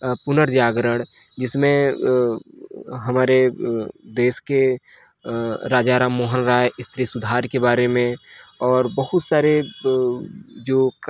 पुनर्जागरण जिसमें हमारे देश के अ राजा राममोहन राय स्त्री सुधार के बारे में और बहोत सारे जो